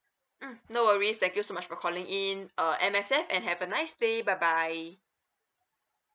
mm no worries thank you so much for calling in uh M_S_F and have a nice day bye bye